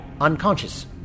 Unconscious